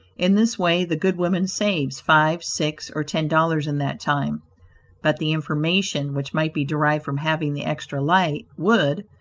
in this way the good woman saves five, six, or ten dollars in that time but the information which might be derived from having the extra light would,